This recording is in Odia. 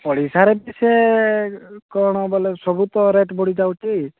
ଓଡ଼ିଶାରେ ସେ କ'ଣ ବୋଲେ ସବୁ ତ ରେଟ୍ ବଢ଼ିଯାଉଛି